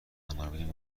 عناوین